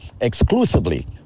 Exclusively